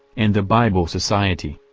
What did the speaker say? and the bible society.